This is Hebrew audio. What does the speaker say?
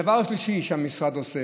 הדבר השלישי שהמשרד עושה,